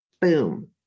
boom